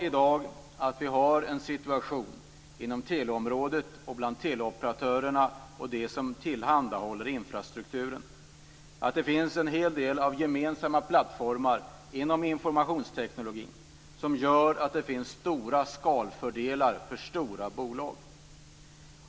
I dag har vi en situation inom teleområdet och bland teleoperatörerna och dem som tillhandahåller infrastrukturen att det finns en hel del av gemensamma plattformar inom informationsteknologin som gör att det finns stora skalfördelar för stora bolag.